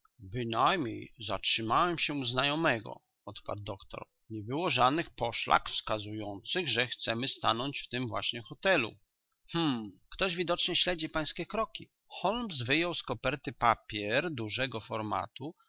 bynajmniej zatrzymałem się u znajomego odparł doktor nie było żadnych poszlak wskazujących że chcemy stanąć w tym właśnie hotelu hm ktoś widocznie śledzi pańskie kroki holmes wyjął z koperty papier dużego formatu